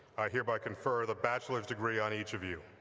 hereby confer the bachelor's degree on each of you,